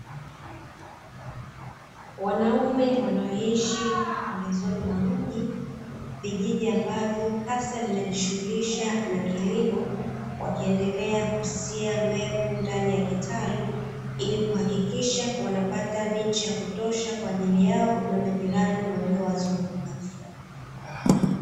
Wanaume wanaoishi pembezoni mwa mji, vijiji ambavyo hasa vinajishughulisha na kilimo, wakiendelea kusia mbegu ndani ya kitalu ili kuhakikisha wanapata miche ya kutosha kwa ajili yao na majirani waliowazunguka.